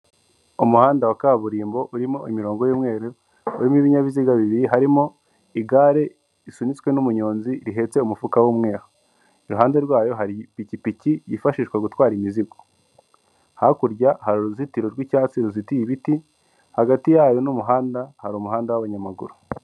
Umuhanda wa kaburimbo urimo imirongo y'umweru, urimo ibinyabiziga bibiri harimo igare risunitswe n'umuyonzi rihetse umufuka w'umweru, iruhande rwayo hari ipikipiki yifashishwa gutwara imizigo, hakurya hari uruzitiro rw'icyatsi ruzitiye ibiti hagati yayo n'umuhanda hari umuhanda w'abanyamaguru.